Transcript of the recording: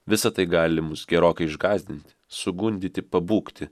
visa tai gali mus gerokai išgąsdinti sugundyti pabūgti